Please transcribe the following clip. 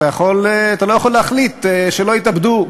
אתה לא יכול להחליט שלא יתאבדו.